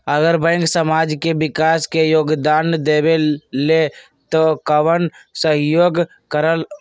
अगर बैंक समाज के विकास मे योगदान देबले त कबन सहयोग करल?